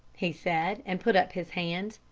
he said, and put up his hand.